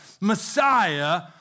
Messiah